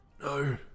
No